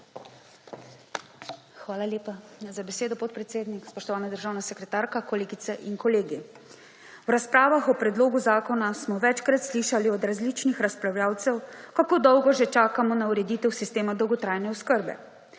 Hvala lepa za besedo, podpredsednik. Spoštovana državna sekretarka, kolegice in kolegi! V razpravah o predlogu zakona smo večkrat slišali od različnih razpravljavcev kako dolgo že čakamo na ureditev sistema dolgotrajne oskrbe.